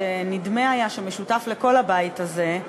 שנדמה שהיה שמשותף לכל הבית הזה,